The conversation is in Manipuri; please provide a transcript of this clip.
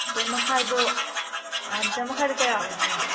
ꯂꯤꯇꯔ ꯃꯈꯥꯏꯗꯣ ꯂꯤꯇꯔ ꯃꯈꯥꯏꯗꯣ ꯀꯌꯥ ꯑꯣꯏꯗꯣꯏꯅꯣ